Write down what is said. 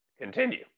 Continue